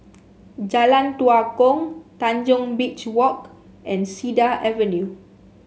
Jalan Tua Kong Tanjong Beach Walk and Cedar Avenue